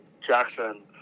Jackson